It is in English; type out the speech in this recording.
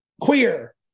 queer